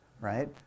right